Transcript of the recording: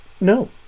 no